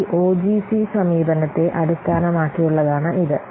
ഈ ഒജിസി സമീപനത്തെ അടിസ്ഥാനമാക്കിയുള്ളതാണ് ഇത്